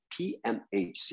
PMHC